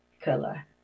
color